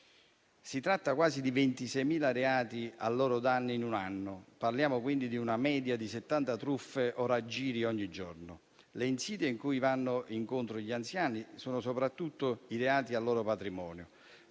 Si tratta di quasi 26.000 reati a loro danno in un anno. Parliamo quindi di una media di 70 truffe o raggiri ogni giorno. Le insidie cui vanno incontro gli anziani sono soprattutto i reati al loro patrimonio,